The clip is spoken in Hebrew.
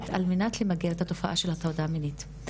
על מנת למגר את התופעה של הטרדה מינית.